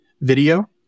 video